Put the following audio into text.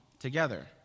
together